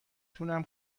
تونم